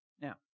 Now